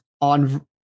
on